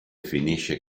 finisce